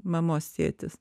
mamos tėtis